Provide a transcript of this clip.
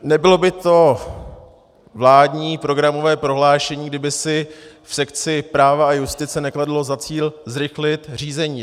Nebylo by to vládní programové prohlášení, kdyby si v sekci práva a justice nekladlo za cíl zrychlit řízení.